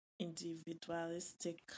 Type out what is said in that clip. individualistic